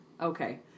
Okay